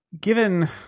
given